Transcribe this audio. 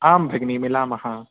आं भगिनी मिलामः